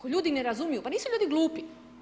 Ako ljudi ne razumiju, pa nisu ljudi glupi.